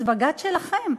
זה בג"ץ שלכם.